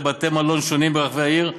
לבתי-מלון שונים ברחבי העיר,